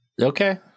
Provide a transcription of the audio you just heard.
Okay